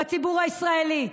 בציבור הישראלי.